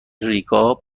ریگا